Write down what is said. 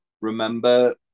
remember